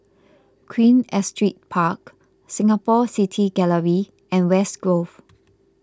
Queen Astrid Park Singapore City Gallery and West Grove